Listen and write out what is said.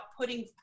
putting